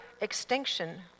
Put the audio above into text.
extinction